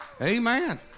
Amen